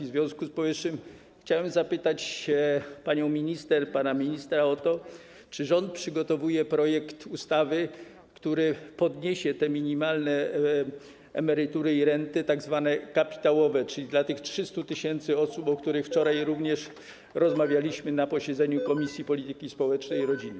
W związku z powyższym chciałem zapytać panią minister, pana ministra o to, czy rząd przygotowuje projekt ustawy, który podniesie minimalne emerytury i renty tzw. kapitałowe, czyli dla 300 tys. osób, o których wczoraj rozmawialiśmy na posiedzeniu Komisji Polityki Społecznej i Rodziny.